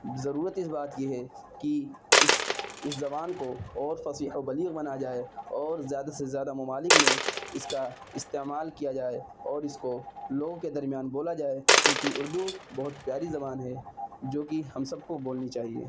ضرورت اس بات کی ہے کہ اس اس زبان کو اور فصیح و بلیغ بنایا جائے اور زیادہ سے زیادہ ممالک میں اس کا استعمال کیا جائے اور اس کو لوگوں کے درمیان بولا جائے کیونکہ اردو بہت پیاری زبان ہے جو کہ ہم سب کو بولنی چاہیے